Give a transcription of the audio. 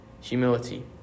humility